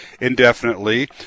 indefinitely